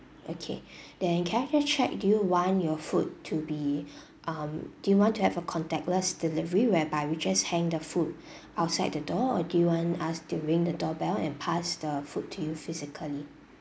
okay then can I just check do you want your food to be um do you want to have a contactless delivery whereby we just hang the food outside the door or do you want us to ring the door bell and pass the food to you physically